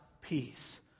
peace